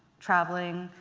traveling,